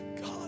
God